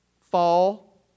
fall